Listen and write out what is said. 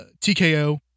TKO